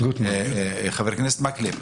חבר הכנסת מקלב,